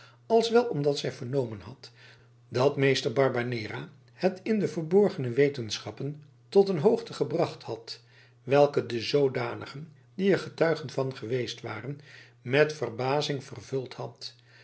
als wel omdat zij vernomen had dat meester barbanera het in de verborgene wetenschappen tot een hoogte gebracht had welke de zoodanigen die er getuigen van geweest waren met verbazing vervuld had